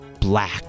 black